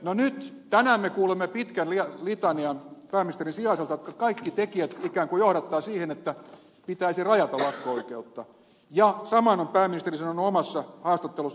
no nyt tänään me kuulemme pitkän litanian pääministerin sijaiselta että kaikki tekijät ikään kuin johdattavat siihen että pitäisi rajata lakko oikeutta ja saman on pääministeri sanonut omassa haastattelussaan muun muassa helsingin sanomissa